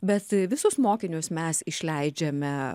bet visus mokinius mes išleidžiame